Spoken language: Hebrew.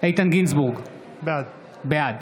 איתן גינזבורג, בעד